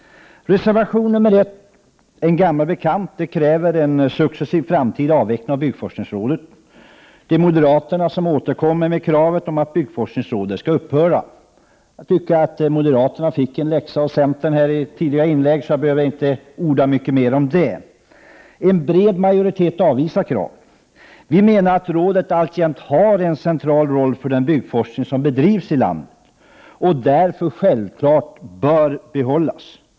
Reservation 1 är en gammal bekant. Där krävs en successiv avveckling av byggforskningsrådet. Det är moderaterna som återkommer med kravet om att byggforskningsrådet skall upphöra. Jag tycker att moderaterna fick en läxa av centern i ett tidigare inlägg här, så jag behöver inte orda mer om det. En bred majoritet avvisar kravet. Vi menar att rådet alltjämt har en central roll för den byggforskning som bedrivs i landet och därför självfallet bör behållas.